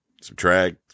subtract